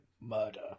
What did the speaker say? murder